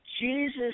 Jesus